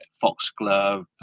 foxglove